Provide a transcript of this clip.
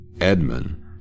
Edmund